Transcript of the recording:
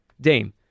Dame